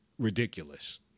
ridiculous